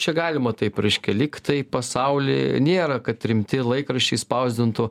čia galima taip ryškia lyg tai pasauly nėra kad rimti laikraščiai spausdintų